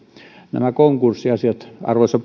nämä konkurssiasiat arvoisa